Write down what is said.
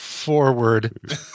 forward